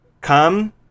come